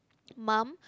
mum